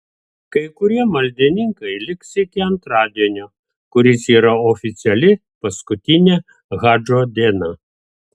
kai kurie maldininkai liks iki antradienio kuris yra oficiali paskutinė hadžo diena